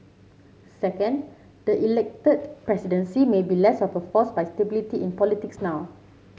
second the elected presidency may be less of a force for stability in politics now